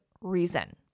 reason